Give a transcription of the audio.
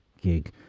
gig